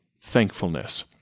thankfulness